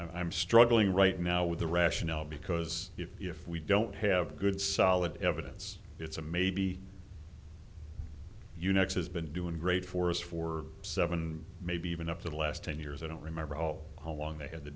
i'm struggling right now with the rationale because if we don't have good solid evidence it's a maybe you next has been doing great for us for seven maybe even up to the last ten years i don't remember all how long they had t